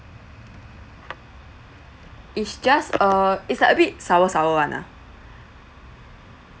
it's just err it's like a bit sour sour [one] ah